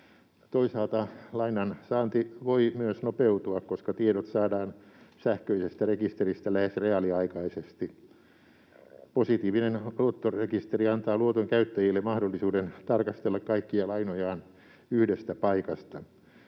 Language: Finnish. Toisaalta lainansaanti voi myös nopeutua, koska tiedot saadaan sähköisestä rekisteristä lähes reaaliaikaisesti. Positiivinen luottorekisteri antaa luoton käyttäjille mahdollisuuden tarkastella kaikkia lainojaan yhdestä paikasta.